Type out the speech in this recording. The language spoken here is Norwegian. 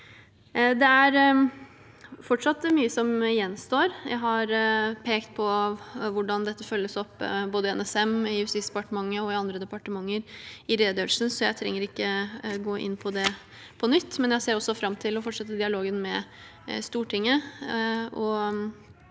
Det er fortsatt mye som gjenstår. Jeg har i redegjørelsen pekt på hvordan dette følges opp, både i NSM, i Justisdepartementet og i andre departementer, så jeg trenger ikke gå inn på det på nytt. Uansett ser jeg også fram til å fortsette dialogen med Stortinget,